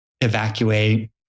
evacuate